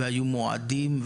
והיו מועדים.